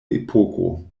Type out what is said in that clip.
epoko